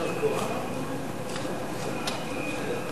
חוק מרשם תורמי מוח עצם, התשע"א 2011,